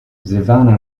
silvana